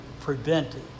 prevented